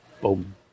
boom